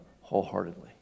wholeheartedly